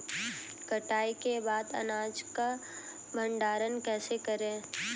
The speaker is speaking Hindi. कटाई के बाद अनाज का भंडारण कैसे करें?